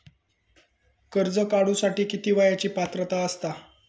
कर्ज काढूसाठी किती वयाची पात्रता असता?